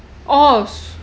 oh